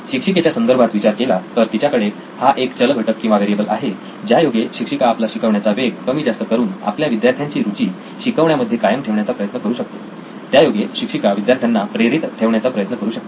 शिक्षिकेच्या संदर्भात विचार केला तर तिच्याकडे हा एक चलघटक किंवा व्हेरिएबल आहे ज्यायोगे शिक्षिका आपला शिकवण्याचा वेग कमी जास्त करून आपल्या विद्यार्थ्यांची रुची शिकवण्यामध्ये कायम ठेवण्याचा प्रयत्न करू शकते त्यायोगे शिक्षिका विद्यार्थ्यांना प्रेरित ठेवण्याचा प्रयत्न करू शकते